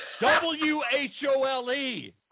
W-H-O-L-E